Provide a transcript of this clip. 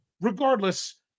Regardless